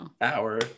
hour